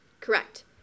Correct